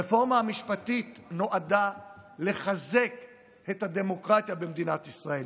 הרפורמה המשפטית נועדה לחזק את הדמוקרטיה במדינת ישראל.